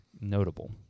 notable